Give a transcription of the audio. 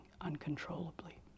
uncontrollably